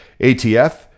ATF